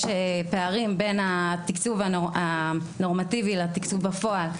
יש פערים בין התקצוב הנורמטיבי לתקצוב בפועל.